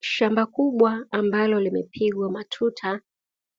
Shamba kubwa ambalo limepigwa matuta,